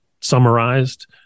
summarized